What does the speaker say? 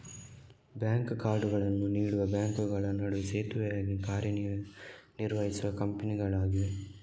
bank ಕಾರ್ಡುಗಳನ್ನು ನೀಡುವ ಬ್ಯಾಂಕುಗಳ ನಡುವೆ ಸೇತುವೆಯಾಗಿ ಕಾರ್ಯ ನಿರ್ವಹಿಸುವ ಕಂಪನಿಗಳಾಗಿವೆ